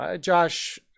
Josh